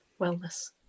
Wellness